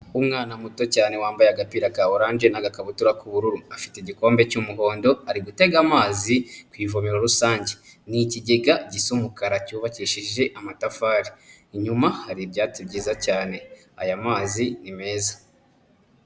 Umwana muto cyane wambaye agapira ka oranje n'agakabutura k'ubururu. Afite igikombe cy'umuhondo ari gutega amazi ku ivomero rusange. Ni ikigega gisa umukara cyubakishije amatafari. Inyuma hari ibyatsi byiza cyane. Aya mazi ni meza.